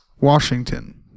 Washington